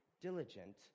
diligent